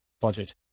budget